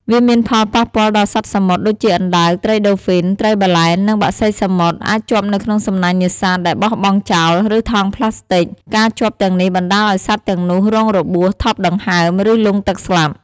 វាមានផលប៉ះពាល់ដល់សត្វសមុទ្រដូចជាអណ្តើក ត្រីដូហ្វីន ត្រីបាឡែន និងបក្សីសមុទ្រ អាចជាប់នៅក្នុងសំណាញ់នេសាទដែលបោះបង់ចោល ឬថង់ប្លាស្ទិក ការជាប់ទាំងនេះបណ្តាលឱ្យសត្វទាំងនោះរងរបួស ថប់ដង្ហើម ឬលង់ទឹកស្លាប់។